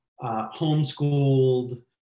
homeschooled